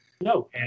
No